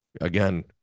again